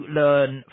learn